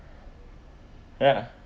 ya